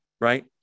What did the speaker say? right